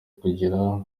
kugira